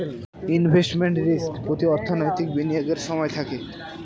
investment risk প্রতি অর্থনৈতিক বিনিয়োগের সময় থাকে